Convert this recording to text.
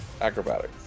Acrobatics